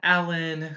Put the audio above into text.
Alan